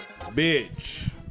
Bitch